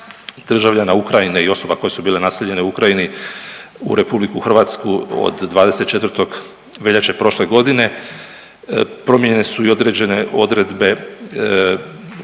državljana Ukrajine i osoba koje su bile naseljene u Ukrajini u RH od 24. veljače prošle godine promijenjene su i određene odredbe koje